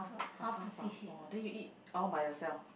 oh half ah oh then you eat all by yourself